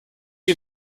you